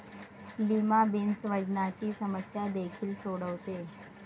lima beans वजनाची समस्या देखील सोडवते